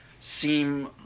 seem